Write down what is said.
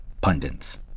pundits